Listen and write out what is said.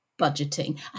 budgeting